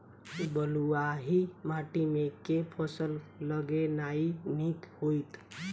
बलुआही माटि मे केँ फसल लगेनाइ नीक होइत?